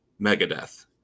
Megadeth